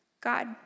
God